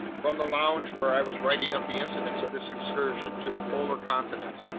from the lounge, where i was writing up the incidents of this excursion to the polar continent,